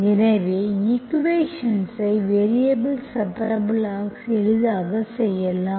எனவே ஈக்குவேஷன்ஸ் ஐ variable separable எளிதாக செய்யலாம்